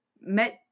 met